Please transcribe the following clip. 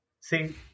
See